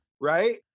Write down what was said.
right